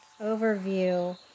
overview